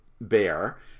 Bear